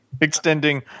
extending